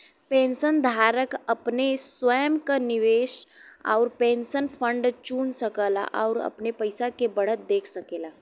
पेंशनधारक अपने स्वयं क निवेश आउर पेंशन फंड चुन सकला आउर अपने पइसा के बढ़त देख सकेला